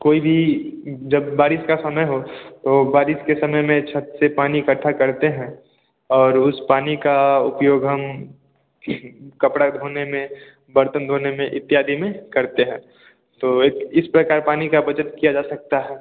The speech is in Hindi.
कोई भी जब बारिश का समय हो तो बारिश के समय में छत से पानी इखट्टा करते हैं और उस पानी का उपयोग हम किसी कपड़ा धोने में बर्तन धोने में इत्यादि में करते हैं तो इत इस प्रकार पानी का बचत किया जा सकता है